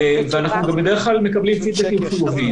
ואנחנו בדרך כלל מקבלים פידבקים חיוביים.